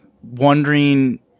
wondering